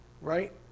Right